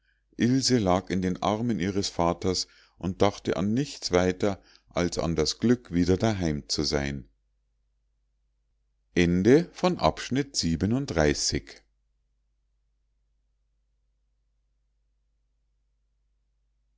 ilse lag in den armen ihres vaters und dachte an nichts weiter als an das glück wieder daheim zu sein